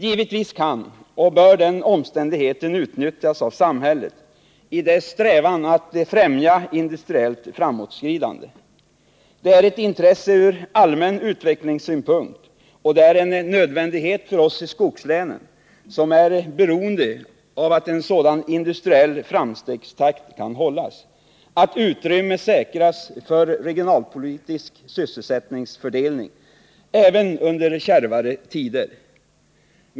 Givetvis kan och bör den omständigheten utnyttjas av samhället i dess strävan att främja industriellt framåtskridande. Det är ett intresse ur allmän utvecklingssynpunkt, och det är en nödvändighet för oss i skogslänen som är beroende av att en sådan industriell framstegstakt kan hållas, att utrymme säkras för regionalpolitisk sysselsättningsfördelning även under kärvare tider.